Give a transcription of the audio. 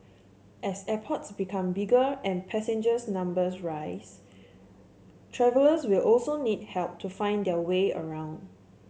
as airports become bigger and passengers numbers rise travellers will also need help to find their way around